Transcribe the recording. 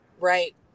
right